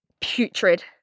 putrid